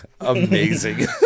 Amazing